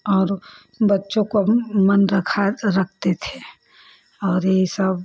और बच्चों का मन रखा रखते थे और यह सब